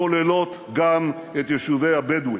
כוללות גם את יישובי הבדואים.